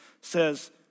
says